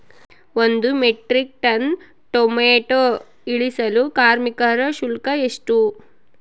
ಒಂದು metric ton tomato ಇಳಿಸಲು ಕಾರ್ಮಿಕರ ಶುಲ್ಕ ಎಷ್ಟು?